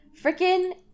freaking